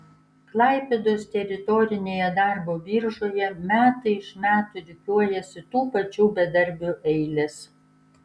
klaipėdos teritorinėje darbo biržoje metai iš metų rikiuojasi tų pačių bedarbių eilės